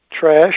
trash